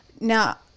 now